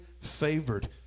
favored